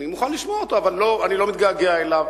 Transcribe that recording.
אני מוכן לשמוע אותו, אבל אני לא מתגעגע אליו.